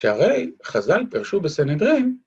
‫כי הרי חז"ל פירשו בסנהדרין.